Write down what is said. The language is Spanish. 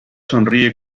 sonríe